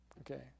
Okay